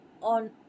on